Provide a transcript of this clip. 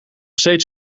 steeds